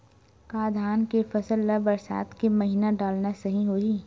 का धान के फसल ल बरसात के महिना डालना सही होही?